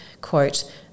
quote